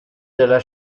della